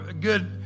good